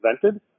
presented